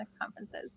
conferences